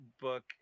book